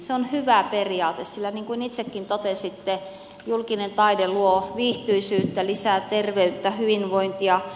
se on hyvä periaate sillä niin kuin itsekin totesitte julkinen taide luo viihtyisyyttä ja lisää terveyttä ja hyvinvointia